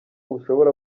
bushobora